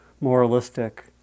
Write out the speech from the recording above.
moralistic